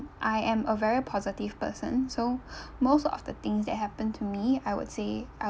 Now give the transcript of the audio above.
I am a very positive person so most of the things that happen to me I would say I